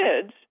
kids